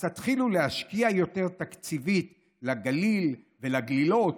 אז תתחילו להשקיע יותר תקציבית בגליל ובגלילות,